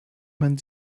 man